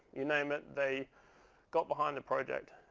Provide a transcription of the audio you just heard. you name it, they got behind the project,